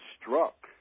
struck